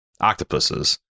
octopuses